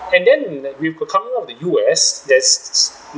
and then with could coming out of the U_S there's